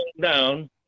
down